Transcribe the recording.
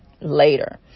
later